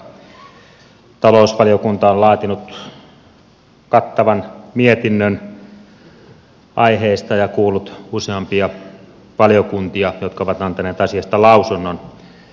talousvaliokunta on laatinut kattavan mietinnön aiheesta ja kuullut useampia valiokuntia jotka ovat antaneet asiasta lausunnon